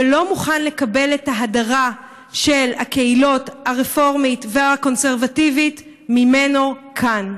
ולא מוכן לקבל את ההדרה של הקהילות הרפורמית והקונסרבטיבית כאן.